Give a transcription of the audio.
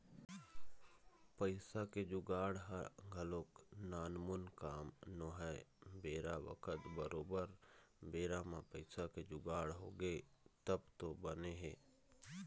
पइसा के जुगाड़ ह घलोक नानमुन काम नोहय बेरा बखत बरोबर बेरा म पइसा के जुगाड़ होगे तब तो बने हे